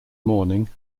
morning